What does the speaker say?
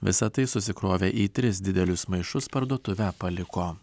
visa tai susikrovę į tris didelius maišus parduotuve paliko